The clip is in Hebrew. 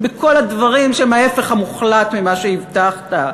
בכל הדברים שהם ההפך המוחלט ממה שהבטחת.